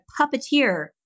puppeteer